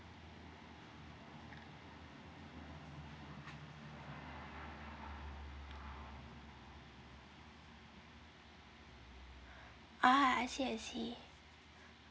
ah I see I see